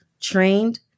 trained